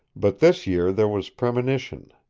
but this year there was premonition.